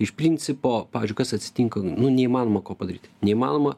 iš principo pavyzdžiui kas atsitinka nu neįmanoma ko padaryti neįmanoma